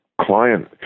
client